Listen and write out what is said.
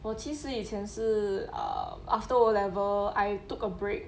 我其实以前是 err after O level I took a break